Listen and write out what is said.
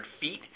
feet